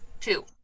Two